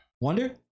Wonder